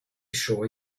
sure